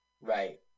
Right